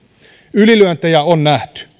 ylilyöntejä on nähty